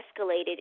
escalated